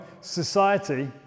society